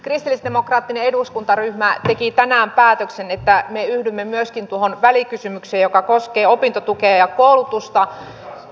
kristillisdemokraattinen eduskuntaryhmä teki tänään päätöksen että me yhdymme myöskin tuohon välikysymykseen joka koskee opintotukea ja koulutusta